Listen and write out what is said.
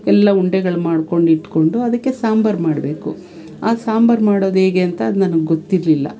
ಎಲ್ಲ ಉಂಡೆಗಳು ಮಾಡ್ಕೊಂಡು ಇಟ್ಕೊಂಡು ಅದಕ್ಕೆ ಸಾಂಬಾರು ಮಾಡಬೇಕು ಆ ಸಾಂಬಾರು ಮಾಡೋದು ಹೇಗೆ ಅಂತ ಅದು ನನ್ಗೆ ಗೊತ್ತಿರಲಿಲ್ಲ